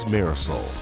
Marisol